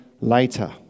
later